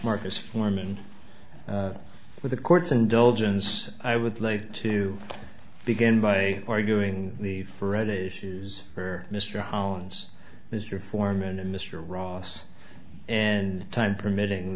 marcus foreman with the court's indulgence i would like to begin by arguing the freddy issues for mr holland's mr foreman and mr ross and time permitting